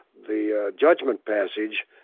the judgment passage